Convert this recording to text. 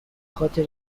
خاطر